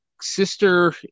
sister